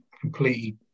completely